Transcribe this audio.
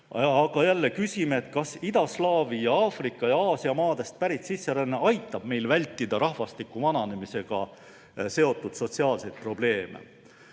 Aga jälle küsime, kas idaslaavi ja Aafrika ja Aasia maadest pärit sisseränne aitab meil vältida rahvastiku vananemisega seotud sotsiaalseid probleeme.